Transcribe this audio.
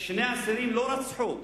שני אסירים לא רצחו.